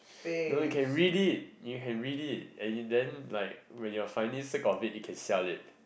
no you can read it you can read it and then like when you are finally sick of it you can sell it